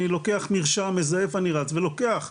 אני לוקח מרשם מזייף אני רץ ולוקח,